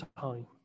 time